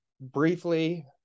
Briefly